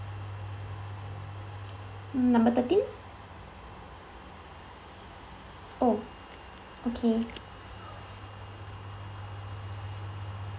number thirteen oh okay